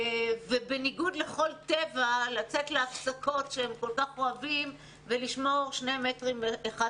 ובניגוד לכל טבע לצאת להפסקות שהם כל כך אוהבים ולשמור מרחק